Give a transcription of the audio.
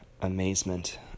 amazement